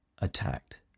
attacked